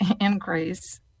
increase